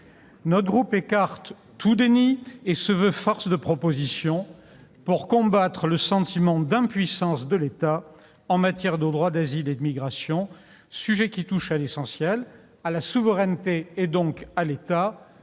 mon groupe écartent tout déni et se veulent force de proposition pour combattre le sentiment d'impuissance de l'État en matière de droit d'asile et de migrations. Ce sujet touche à l'essentiel, à la souveraineté et donc à l'État,